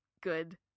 good